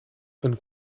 een